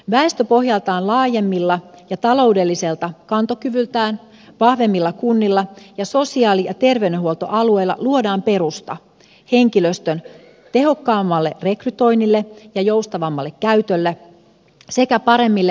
väestöpohjaltaan laajemmilla ja taloudelliselta kantokyvyltään vahvemmilla kunnilla ja sosiaali terveydenhuoltoalueilla luodaan perusta henkilöstön tehokkaammalle rekrytoinnille ja joustavammalle käytölle sekä paremmille täydennyskoulutusmahdollisuuksille